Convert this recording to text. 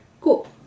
Cool